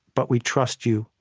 but we trust you,